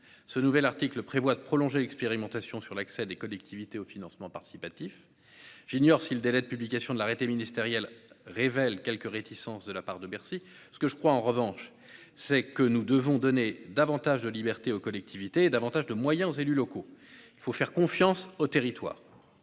Ce nouvel article prévoit de prolonger l'expérimentation sur l'accès des collectivités au financement participatif. J'ignore si le délai de publication de l'arrêté ministériel révèle quelque réticence de la part de Bercy. Ce que je crois, en revanche, c'est que nous devons donner davantage de libertés aux collectivités, et davantage de moyens aux élus locaux. Il faut faire confiance aux territoires.